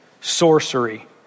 sorcery